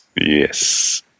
Yes